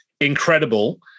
incredible